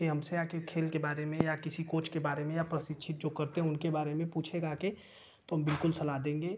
कि हमसे आ कर खेल के बारे में या किसी कोच के बारे में या प्रशिक्षित जो करते हैं उनके बारे में पूछेगा आके तो हम बिल्कुल सलाह देंगे